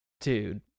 Dude